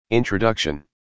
Introduction